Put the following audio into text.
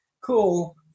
cool